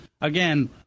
again